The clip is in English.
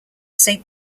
saint